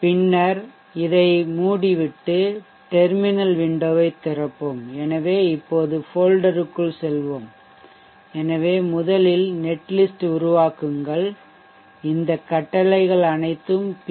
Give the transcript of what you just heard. பின்னர் இதை மூடிவிட்டு டெர்மினல் விண்டோவைத் திறப்போம் எனவே இப்போது ஃபோல்டருக்குள் செல்வோம் எனவே முதலில் netlist உருவாக்குங்கள் இந்த கட்டளைகள் அனைத்தும் PV